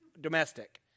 domestic